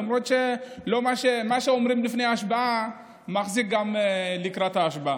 למרות שמה שאומרים לפני ההשבעה לא מחזיק גם לקראת ההשבעה.